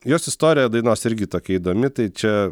jos istorija dainos irgi tokia įdomi tai čia